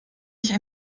wir